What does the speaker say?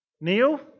Neil